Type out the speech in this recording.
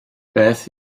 beth